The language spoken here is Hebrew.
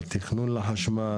על תכנון לחשמל,